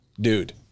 dude